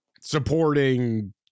supporting